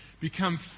become